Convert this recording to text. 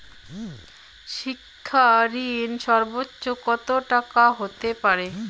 শিক্ষা ঋণ সর্বোচ্চ কত টাকার হতে পারে?